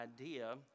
idea